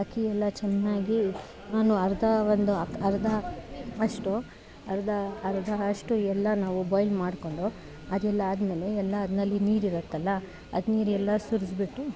ಅಕ್ಕಿ ಎಲ್ಲ ಚೆನ್ನಾಗಿ ನಾನು ಅರ್ಧ ಒಂದು ಅರ್ಧ ಅಷ್ಟು ಅರ್ಧ ಅರ್ಧ ಅಷ್ಟು ಎಲ್ಲ ನಾವು ಬಾಯಿಲ್ ಮಾಡ್ಕೊಂಡು ಅದೆಲ್ಲ ಆದಮೇಲೆ ಎಲ್ಲ ಅದ್ರಲ್ಲಿ ನೀರು ಇರುತ್ತೆಲ್ಲ ಅದು ನೀರೆಲ್ಲ ಸುರಿಸ್ಬಿಟ್ಟು